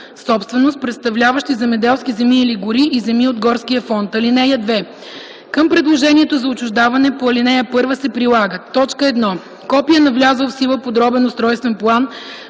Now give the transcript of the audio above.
собственост, представляващи земеделски земи или гори и земи от Горския фонд. (2) Към предложението за отчуждаване по ал. 1 се прилагат: 1. копие на влязъл в сила подробен устройствен план,